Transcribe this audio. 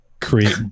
create